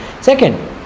Second